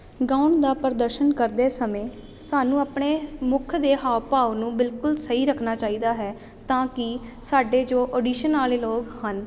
ਗੌਣ ਦਾ ਪ੍ਰਦਰਸ਼ਨ ਕਰਦੇ ਸਮੇਂ ਸਾਨੂੰ ਆਪਣੇ ਮੁੱਖ ਦੇ ਹਾਵ ਭਾਵ ਨੂੰ ਬਿਲਕੁਲ ਸਹੀ ਰੱਖਣਾ ਚਾਹੀਦਾ ਹੈ ਤਾਂ ਕਿ ਸਾਡੇ ਜੋ ਅਡੀਸ਼ਨ ਵਾਲੇ ਲੋਕ ਹਨ